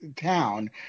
town